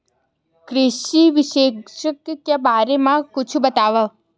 कृषि विशेषज्ञ के बारे मा कुछु बतावव?